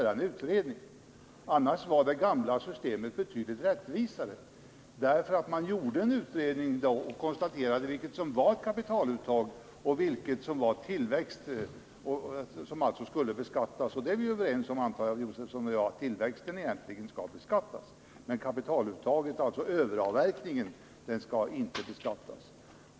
Annars var det gamla systemet betydligt rättvisare. Då gjorde man en utredning och konstaterade vad som var kapitaluttag och vad som var tillväxt och alltså skulle beskattas. Jag förmodar att Stig Josefson och jag är överens om att tillväxten skall beskattas, medan kapitaluttaget — överavverkningen — inte skall beskattas.